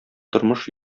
тормыш